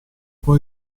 può